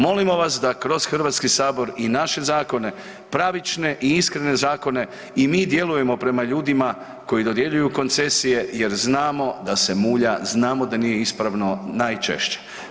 Molimo vas da kroz HS i naše zakone pravične i iskrene zakone i mi djelujemo prema ljudima koji dodjeljuju koncesije jer znamo da se mulja, znamo da nije ispravno najčešće.